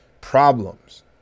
problems